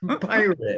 Pirate